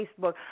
Facebook